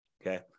Okay